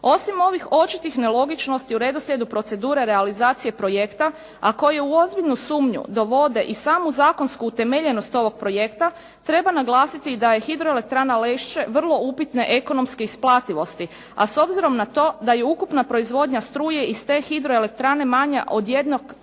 Osim ovih očitih nelogičnosti u redoslijedu procedure realizacije projekta a koji u ozbiljnu sumnju dovode i samu zakonsku utemeljenost ovog projekta treba naglasiti da je Hidroelektrana Lešće vrlo upitne ekonomske isplativosti a s obzirom na to da je ukupna proizvodnja struje iz te hidroelektrane manja od 1%